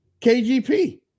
KGP